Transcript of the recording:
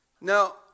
Now